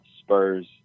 Spurs